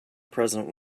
present